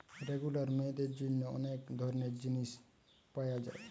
regular মেয়েদের জন্যে অনেক ধরণের জিনিস পায়া যায়